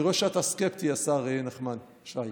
אני רואה שאתה סקפטי, השר נחמן שי.